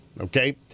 Okay